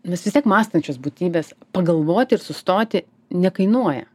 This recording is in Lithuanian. mes vis tiek mąstančios būtybės pagalvoti ir sustoti nekainuoja